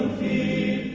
be